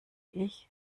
ich